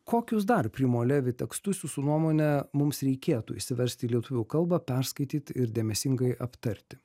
kokius dar primo levi tekstus jūsų nuomone mums reikėtų išsiversti į lietuvių kalba perskaityt ir dėmesingai aptarti